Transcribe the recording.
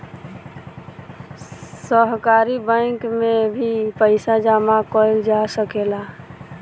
सहकारी बैंक में भी पइसा जामा कईल जा सकेला